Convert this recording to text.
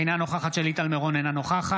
אינה נוכחת שלי טל מירון, אינה נוכחת